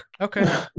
Okay